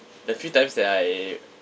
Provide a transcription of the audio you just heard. the few times that I